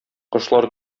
кошлар